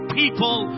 people